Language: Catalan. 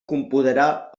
computarà